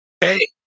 Hey